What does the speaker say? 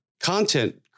content